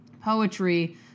poetry